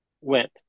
went